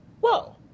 whoa